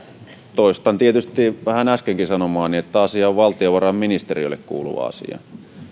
toistan tietysti vähän äskenkin sanomaani että asia on valtiovarainministeriölle kuuluva asia